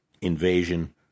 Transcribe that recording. invasion